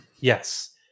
Yes